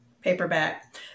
Paperback